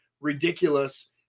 ridiculous